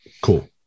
cool